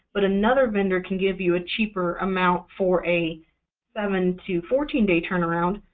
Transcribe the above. but another vendor can give you a cheaper amount for a seven to fourteen day turnaround,